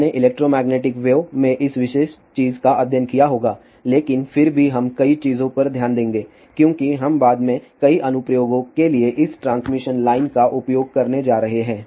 आपने electromagnetic wave में इस विशेष चीज का अध्ययन किया होगा लेकिन फिर भी हम कुछ चीजों पर ध्यान देंगे क्योंकि हम बाद में कई अनुप्रयोगों के लिए इस ट्रांसमिशन लाइन का उपयोग करने जा रहे हैं